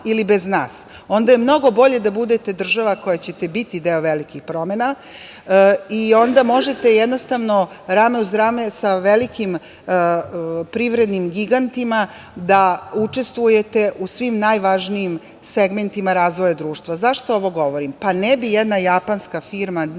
ili bez nas. Onda je mnogo bolje da budete država koja će biti deo velikih promena i onda možete, rame uz rame sa velikim privrednim gigantima, da učestvujete u svim najvažnijim segmentima razvoja društva.Zašto ovo govorim? Ne bi jedna japanska firma „Nidek“,